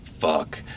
fuck